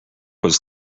was